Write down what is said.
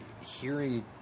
hearing